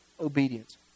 obedience